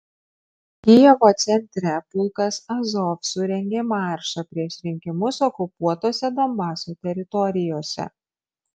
kijevo centre pulkas azov surengė maršą prieš rinkimus okupuotose donbaso teritorijose